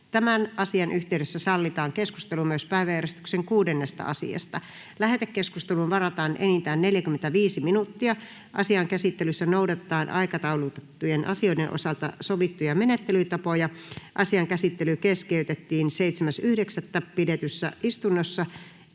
Tämän asian yhteydessä sallitaan keskustelu myös päiväjärjestyksen 6. asiasta. Lähetekeskusteluun varataan enintään 45 minuuttia. Asian käsittelyssä noudatetaan aikataulutettujen asioiden osalta sovittuja menettelytapoja. Asian käsittely keskeytettiin 7.9. pidetyssä istunnossa.